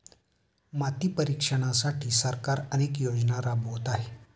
माती परीक्षणासाठी सरकार अनेक योजना राबवत आहे